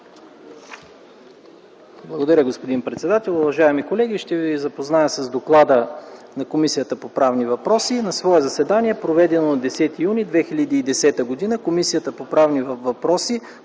Благодаря, господин председател. Уважаеми колеги, ще ви запозная с доклада на Комисията по правни въпроси: „На свое заседание, проведено на 10 юни 2010 г., Комисията по правни въпроси